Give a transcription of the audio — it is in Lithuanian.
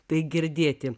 tai girdėti